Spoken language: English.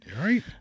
Right